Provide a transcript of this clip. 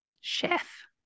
Chef